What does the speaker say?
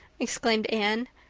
exclaimed anne,